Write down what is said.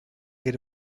get